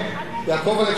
יעקב'לה,